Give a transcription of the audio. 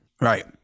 right